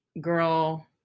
girl